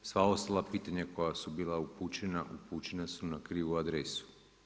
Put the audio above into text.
Sva ostala pitanja koja su bila upućena, upućena su na krivu adresu.